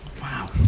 Wow